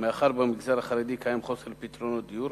ומאחר שבמגזר החרדי קיים חוסר משווע בפתרונות דיור,